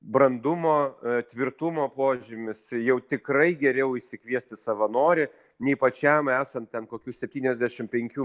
brandumo tvirtumo požymis jau tikrai geriau išsikviesti savanorį nei pačiam esant ten kokių septyniasdešim penkių